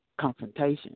confrontation